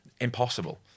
Impossible